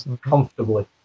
Comfortably